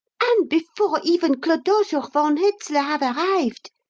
and before even clodoche or von hetzler have arrived!